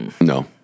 No